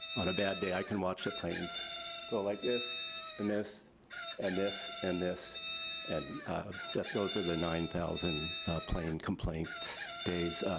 on a bad day, i can watch the planes go like this and this and this and this and that those are the nine thousand plane complaints days.